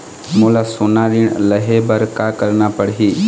मोला सोना ऋण लहे बर का करना पड़ही?